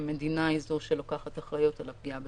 המדינה היא זו שלוקחת אחריות על פגיעה בזכויות.